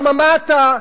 למה, מה אתה?